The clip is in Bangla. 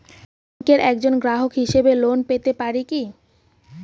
ব্যাংকের একজন গ্রাহক হিসাবে লোন পেতে পারি কি?